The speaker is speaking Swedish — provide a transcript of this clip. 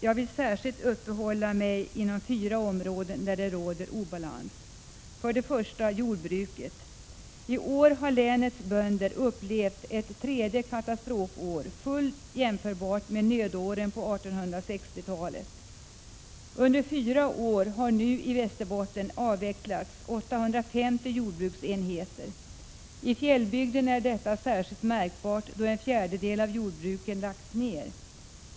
Jag vill särskilt uppehålla mig inom fyra områden där det råder obalans. Det första området är jordbruket. I år har länets bönder upplevt ett tredje katastrofår fullt jämförbart med nödåren på 1860-talet. Under fyra år har nu 850 jordbruksenheter avvecklats i Västerbotten. I fjällbygden är detta särskilt märkbart där en fjärdedel av jordbruken lagts ned.